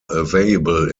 available